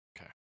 okay